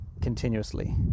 continuously